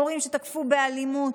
מורים שתקפו באלימות.